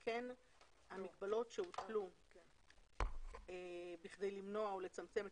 אלא אם כן המגבלות שהוטלו כדי למנוע או לצמצם את